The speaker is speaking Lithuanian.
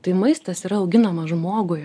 tai maistas yra auginamas žmogui